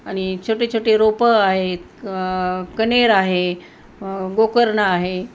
आणि छोटे छोटे रोपं आहेत कण्हेर आहे गोकर्ण आहे